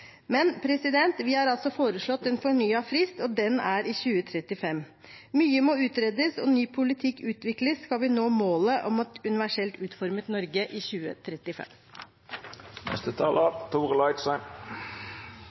vi har foreslått en fornyet frist, og den er i 2035. Mye må utredes og ny politikk utvikles skal vi nå målet om et universelt utformet Norge i